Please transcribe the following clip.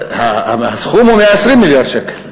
הסכום הוא 120 מיליארד שקל,